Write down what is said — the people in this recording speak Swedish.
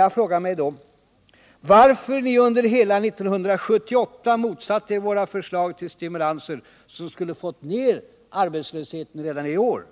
Jag frågar mig då: Varför motsatte ni er under hela 1978 våra förslag till stimulanser som skulle ha fått ner arbetslösheten redan i år?